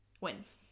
wins